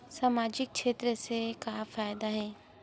सामजिक क्षेत्र से का फ़ायदा हे?